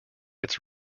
its